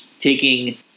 taking